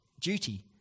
duty